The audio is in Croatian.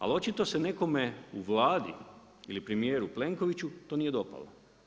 Ali očito se nekome u Vladi ili premjeru Plenkoviću, to nije dopalo.